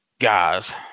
Guys